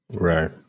right